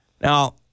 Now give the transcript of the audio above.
Now